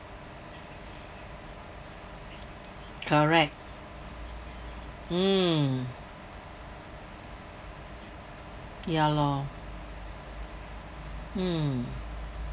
correct mm ya lor hmm